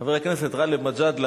חבר הכנסת גאלב מג'אדלה,